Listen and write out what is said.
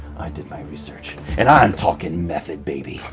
i did my research and i'm talking method baby!